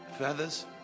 Feathers